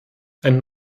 einen